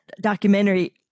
documentary